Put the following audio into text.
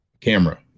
camera